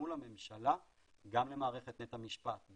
מול הממשלה גם למערכת בית המשפט,